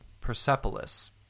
Persepolis